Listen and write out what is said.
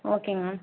ஓகேங்க மேம்